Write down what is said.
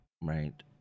right